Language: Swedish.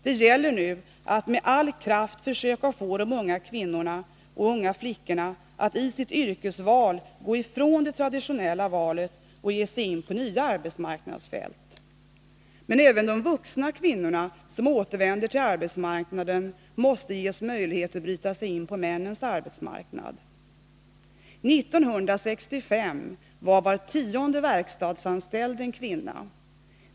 Det gäller nu att med all kraft försöka få de unga flickorna att i sitt yrkesval gå ifrån det traditionella valet, att ge sig in på nya arbetsmarknadsfält. Men även de vuxna kvinnorna som återvänder till arbetsmarknaden måste ges möjlighet att bryta sig in på männens arbetsmarknad. År 1965 var var tionde verkstadsanställd en kvinna.